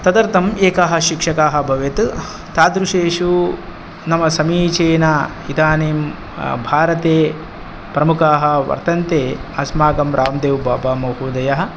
तदर्थं एकः शिक्षकाः भवेत् तादृशेषु नाम समीचीन इदानीं भारते प्रमुखाः वर्तन्ते अस्माकं राम् देव् बाबामहोदयः